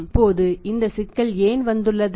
இப்போது இந்த சிக்கல் ஏன் வந்துள்ளது